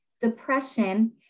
depression